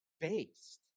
based